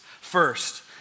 First